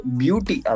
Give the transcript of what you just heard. beauty